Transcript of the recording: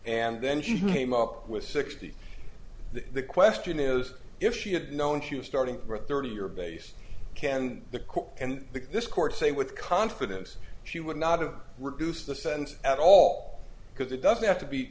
and then she came up with sixty the question is if she had known she was starting or thirty your base canned the court and this court say with confidence she would not have reduce the sentence at all because it doesn't have to be